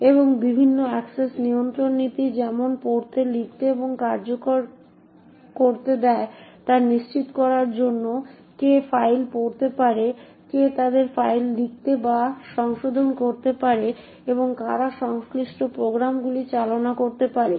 এবং বিভিন্ন অ্যাক্সেস নিয়ন্ত্রণ নীতি যেমন পড়তে লিখতে এবং কার্যকর করতে দেয় তা নিশ্চিত করার জন্য কে ফাইল পড়তে পারে কে তাদের ফাইল লিখতে বা সংশোধন করতে পারে এবং কারা সংশ্লিষ্ট প্রোগ্রামগুলি চালনা করতে পারে